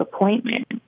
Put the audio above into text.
appointment